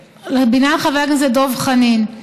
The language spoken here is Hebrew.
בעניין חבר הכנסת דב חנין,